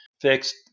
fixed